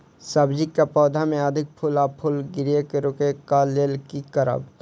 सब्जी कऽ पौधा मे अधिक फूल आ फूल गिरय केँ रोकय कऽ लेल की करब?